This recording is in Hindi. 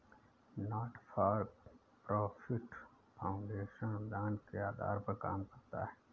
नॉट फॉर प्रॉफिट फाउंडेशन अनुदान के आधार पर काम करता है